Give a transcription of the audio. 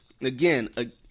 Again